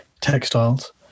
textiles